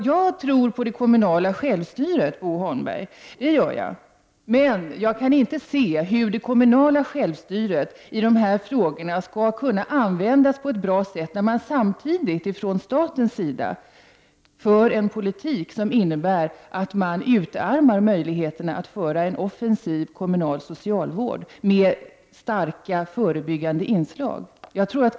Jag tror på det kommunala självstyret, Bo Holmberg, men jag kan inte se hur det skall kunna användas på ett bra sätt i dessa frågor, när staten samtidigt för en politik som innebär att möjligheterna att driva en offensiv kommunal socialvård med starka förebyggande inslag utarmas.